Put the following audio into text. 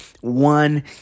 one